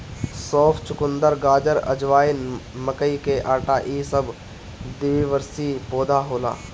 सौंफ, चुकंदर, गाजर, अजवाइन, मकई के आटा इ सब द्विवर्षी पौधा होला